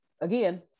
again